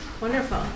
wonderful